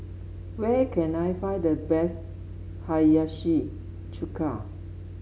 where can I find the best Hiyashi Chuka